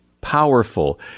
powerful